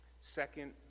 Second